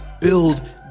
build